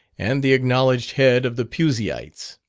and the acknowledged head of the puseyites.